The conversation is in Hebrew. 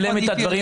ספקנים